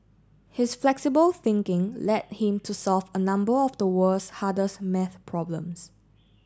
his flexible thinking led him to solve a number of the world's hardest maths problems